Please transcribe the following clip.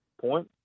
point